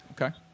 Okay